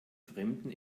fremden